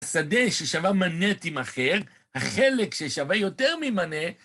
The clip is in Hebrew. שדה ששווה מנה תמכר, החלק ששווה יותר ממנה...